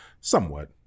somewhat